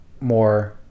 more